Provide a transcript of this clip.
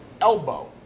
elbow